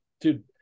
dude